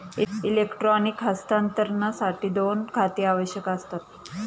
electronic हस्तांतरणासाठी दोन खाती आवश्यक असतात